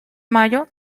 mayo